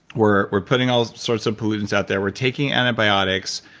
we're we're putting all sorts of pollutants out there. we're taking antibiotics.